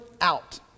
out